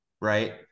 right